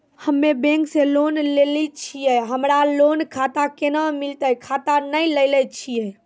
हम्मे बैंक से लोन लेली छियै हमरा लोन खाता कैना मिलतै खाता नैय लैलै छियै?